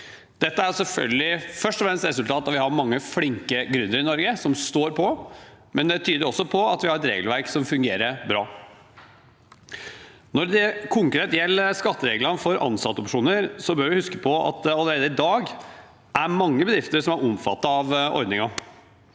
først og fremst et resultat av at vi har mange flinke gründere i Norge som står på, men det tyder også på at vi har et regelverk som fungerer bra. Når det konkret gjelder skattereglene for ansattopsjoner, bør vi huske på at det allerede i dag er mange bedrifter som er omfattet av ordningen.